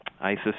ISIS